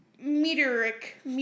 meteoric